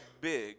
big